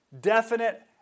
definite